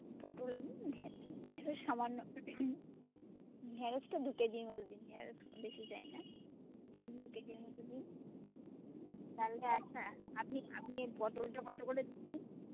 পটল ঢেঁড়শ সামান্য ঢেঁড়শটা দু কেজি মতো দিন ঢেঁড়শ বেশি চাই না ঢেঁড়শ দু কেজির মতো দিন তাহলে আচ্ছা আপনি আপনি পটলটা কত করে দিচ্ছেন